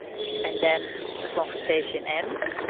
and then the conversation ends